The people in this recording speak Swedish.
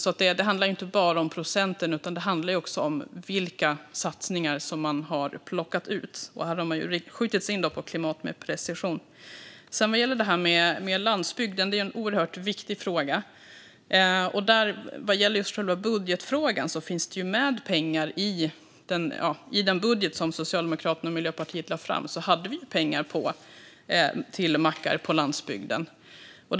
Det handlar alltså inte bara om procenten utan även om vilka satsningar som man har plockat ut, och här har man med precision skjutit in sig på klimatet. Landsbygden är en oerhört viktig fråga, och Socialdemokraterna och Miljöpartiet hade pengar till mackar på landsbygden i den budget som vi lade fram.